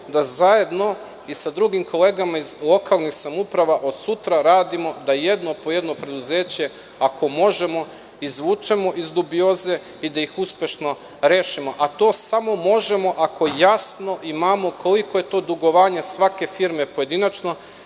da zajedno i sa drugim kolegama iz lokalnih samouprava od sutra radimo, da jedno po jedno preduzeće, ako možemo, izvučemo iz dubioze i da ih uspešno rešimo. To samo možemo ako jasno imamo koliko je to dugovanje svake firme pojedinačno